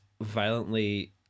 violently